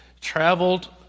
traveled